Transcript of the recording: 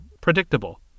predictable